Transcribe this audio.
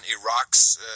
Iraq's